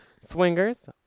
swingers